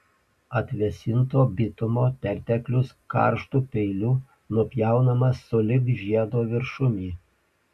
atvėsinto bitumo perteklius karštu peiliu nupjaunamas sulig žiedo viršumi